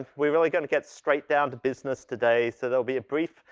we're really gonna get straight down to business today. so they'll be a brief,